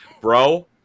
bro